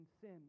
sin